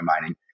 mining